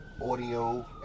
audio